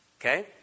Okay